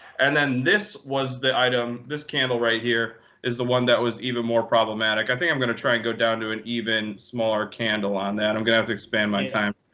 and then this was the item this candle right here is the one that was even more problematic. i think i'm going to try and go down to an even smaller candle on that. i'm going to have to expand my time